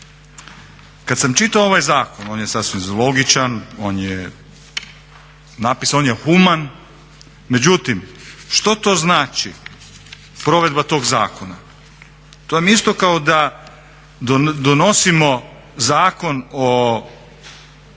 Kad sam čitao ovaj zakon, on je sasvim logičan, on je human, međutim što to znači provedba tog zakona. To vam je isto kao da donosimo Zakon o